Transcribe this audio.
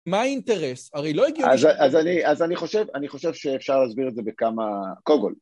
מה האינטרס? הרי לא הגיעו כאן. אז אני חושב שאפשר להסביר את זה בכמה קוגול.